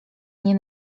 nie